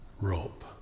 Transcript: rope